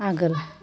आगोल